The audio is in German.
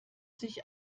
sich